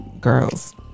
Girls